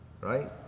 right